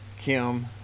Kim